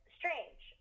strange